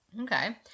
Okay